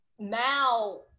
Now